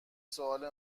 سوال